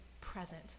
present